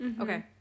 Okay